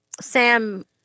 Sam